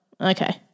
okay